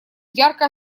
ярко